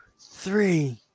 three